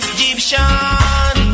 Egyptian